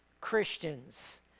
Christians